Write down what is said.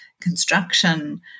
construction